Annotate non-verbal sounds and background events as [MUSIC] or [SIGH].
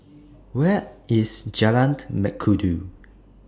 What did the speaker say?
Where IS Jalan [UNINTELLIGIBLE] Mengkudu